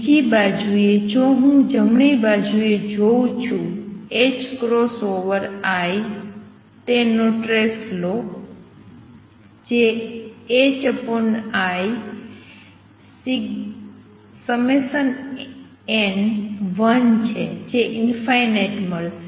બીજી બાજુએ જો હું જમણી બાજુએ જોઉં છું h ક્રોસ ઓવર i તેનો ટ્રેસ લો જે in1 છે જે ઇંફાઇનાઇટ મળશે